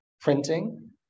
printing